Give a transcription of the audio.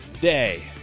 day